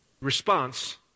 response